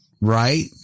right